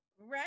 Right